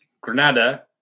Granada